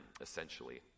essentially